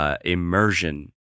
immersion